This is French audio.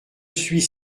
suis